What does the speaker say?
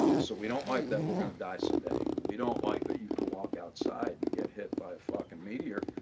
so, we don't like that we're gonna die someday. and we don't like that you could walk outside and get hit by a fuckin' meteor.